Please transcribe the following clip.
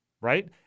right